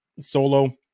Solo